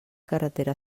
carretera